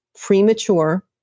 premature